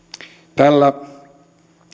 tällä